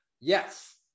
Yes